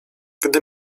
gdy